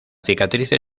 cicatrices